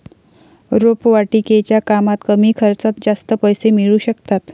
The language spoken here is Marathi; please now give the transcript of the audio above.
रोपवाटिकेच्या कामात कमी खर्चात जास्त पैसे मिळू शकतात